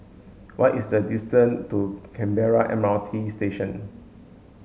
what is the distance to Canberra M R T Station